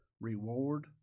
reward